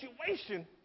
situation